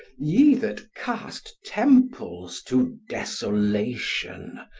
ye that cast temples to desolation,